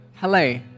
Hello